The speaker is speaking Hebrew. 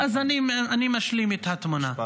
אז אני משלים את התמונה.